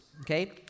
okay